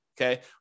okay